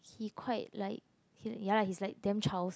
he quite like ya he's like damn Charles